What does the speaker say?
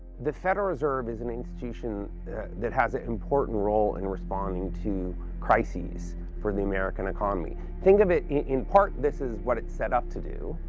the federal reserve is an institution that has an important role in responding to crisis for the american economy. think of it, in part, this is what it's set up to do,